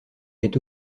est